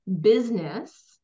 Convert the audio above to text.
business